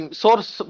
source